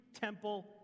temple